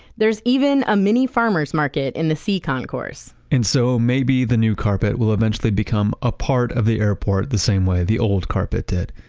there's even a mini farmer's market in the c concourse and so maybe the new carpet will eventually become a part of the airport the same way the old carpet did,